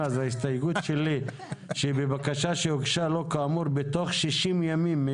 19 שמתחילה בפסקה 1 בסעיף 157?